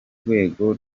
rwego